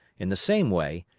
in the same way,